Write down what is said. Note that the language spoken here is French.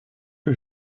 que